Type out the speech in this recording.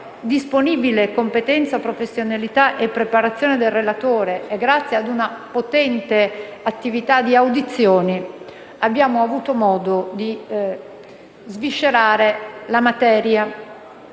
disponibile competenza, professionalità e preparazione del relatore e a una potente attività di audizioni, abbiamo avuto modo di sviscerare la materia,